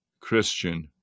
Christian